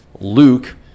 Luke